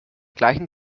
gleichen